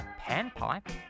Panpipe